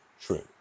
true